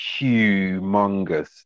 humongous